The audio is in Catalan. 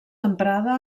emprada